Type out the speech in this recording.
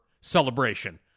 celebration